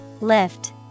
Lift